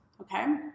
okay